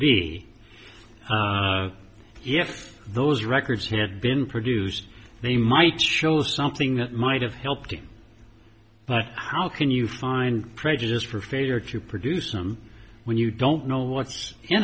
be if those records had been produced they might show something that might have helped him but how can you find prejudice for failure to produce them when you don't know what's